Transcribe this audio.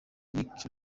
rick